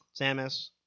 samus